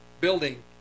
building